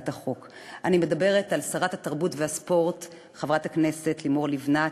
אני מדברת על שרת התרבות והספורט חברת הכנסת לימור לבנת,